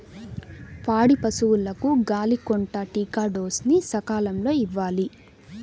పాడి పశువులకు గాలికొంటా టీకా డోస్ ని సకాలంలో ఇవ్వాలి